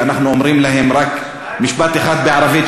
ואנחנו אומרים להם רק משפט אחד בערבית,